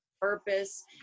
purpose